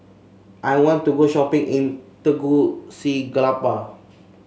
I want to go shopping in Tegucigalpa